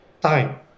time